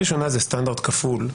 פעם ראשונה זה סטנדרט כפול,